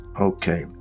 Okay